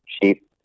cheap